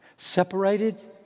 separated